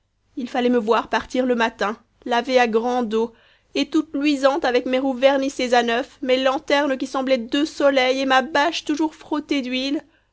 il fallait me voir partir le matin lavée à grande eau et toute luisante avec mes roues vernissées à neuf mes lanternes qui semblaient deux soleils et ma bâche toujours frottée d'huile